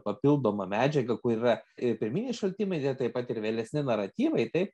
papildoma medžiaga kur yra i pirminiai šaltimai jie taip pat ir vėlesni naratyvai taip